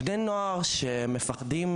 בני נוער לא סתם מפחדים.